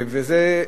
וזה,